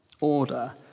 order